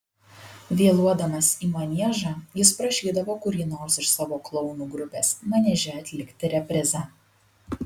vėluodamas į maniežą jis prašydavo kurį nors iš savo klounų grupės manieže atlikti reprizą